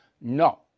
No